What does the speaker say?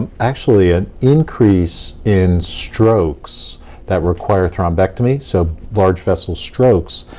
um actually, an increase in strokes that require thrombectomy, so large vessel strokes,